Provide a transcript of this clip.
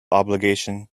obligation